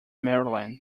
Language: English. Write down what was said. maryland